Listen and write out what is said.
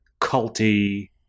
culty